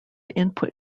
input